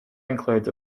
includes